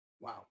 Wow